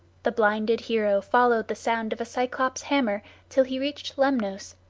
the blinded hero followed the sound of a cyclops' hammer till he reached lemnos,